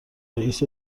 رئیست